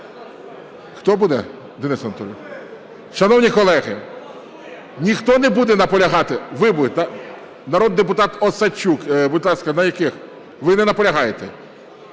Хто буде, Денис Анатолійович? (Шум у залі) Шановні колеги, ніхто не буде наполягати? Ви будете, да? Народний депутат Осадчук, будь ласка. На яких? Ви не наполягаєте?